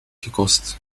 gekost